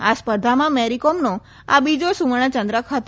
આ સ્પર્ધામાં મેરીકોમનો આ બીજો સુવર્ણ ચંદ્રક હતો